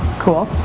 cool.